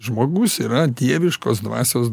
žmogus yra dieviškos dvasios